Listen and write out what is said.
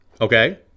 okay